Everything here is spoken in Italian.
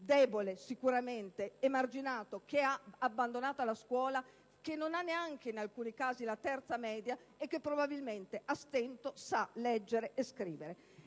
debole sicuramente, emarginato, che ha abbandonato la scuola, che non ha neanche, in alcuni casi, la terza media e che probabilmente a stento sa leggere e scrivere.